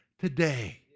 Today